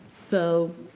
so,